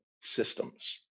systems